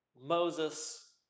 Moses